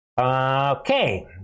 Okay